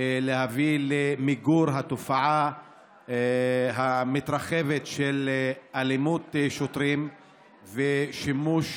להביא למיגור התופעה המתרחבת של אלימות שוטרים ושל שימוש